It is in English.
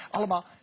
Allemaal